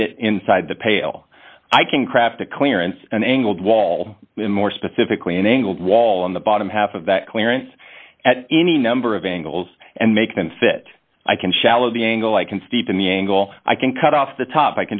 fit inside the pail i can craft a clearance and angled wall in more specifically an angled wall in the bottom half of that clearance at any number of angles and make them fit i can shallow the angle i can steep in the angle i can cut off the top